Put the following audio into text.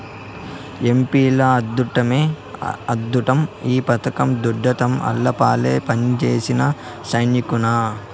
ఎంపీల అద్దుట్టమే అద్దుట్టం ఈ పథకం దుడ్డంతా ఆళ్లపాలే పంజేసినా, సెయ్యకున్నా